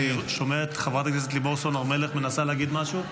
אני שומע את חברת הכנסת לימור סון הר מלך מנסה להגיד משהו.